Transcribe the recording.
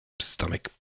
stomach